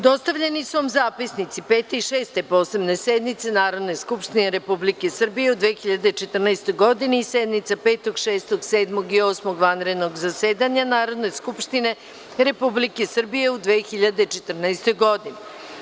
Dostavljeni su vam zapisnici Pete i Šeste posebne sednice Narodne skupštine Republike Srbije u 2014. godini i sednice Petog, Šestog, Sedmog i Osmog. vanrednog zasedanja Narodne skupštine Republike Srbije u 2014. godini.